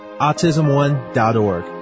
autismone.org